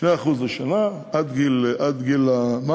2% לשנה עד גיל המוות.